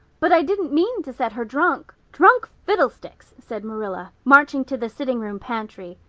but i didn't mean to set her drunk. drunk fiddlesticks! said marilla, marching to the sitting room pantry.